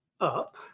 up